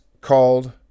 called